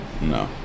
No